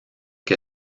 que